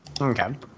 Okay